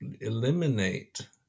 eliminate